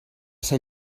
ser